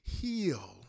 Heal